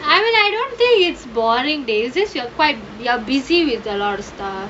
I mean I don't think it's boring days just you're quite you are busy with a lot of stuff